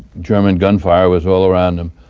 german gunfire was all around him,